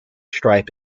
stripe